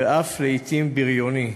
ולעתים אף הבריוני,